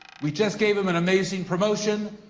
we just gave him an amazing promotion.